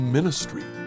Ministry